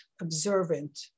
observant